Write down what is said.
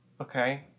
Okay